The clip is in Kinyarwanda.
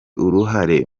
uruhare